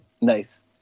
nice